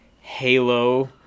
halo